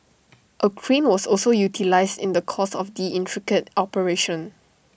A crane was also utilised in the course of the intricate operation